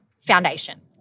foundation